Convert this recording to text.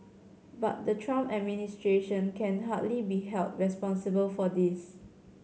but the Trump administration can hardly be held responsible for this